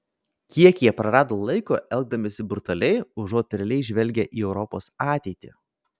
kiek jie prarado laiko elgdamiesi brutaliai užuot realiai žvelgę į europos ateitį